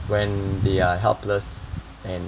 when they are helpless and